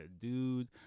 dude